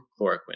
chloroquine